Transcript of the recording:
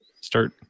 start